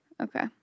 Okay